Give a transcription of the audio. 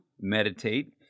meditate